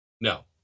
No